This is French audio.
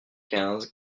quinze